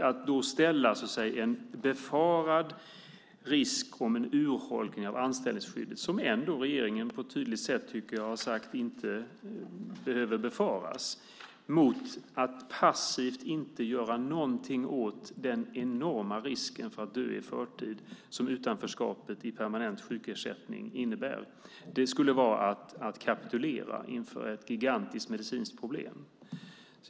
Att då ställa en befarad risk för en urholkning av anställningsskyddet - regeringen har tydligt sagt att det inte behöver befaras - mot att passivt inte göra någonting åt den enorma risken för att dö i förtid, som utanförskapet i permanent sjukersättning innebär, skulle vara att kapitulera inför ett gigantiskt medicinskt problem.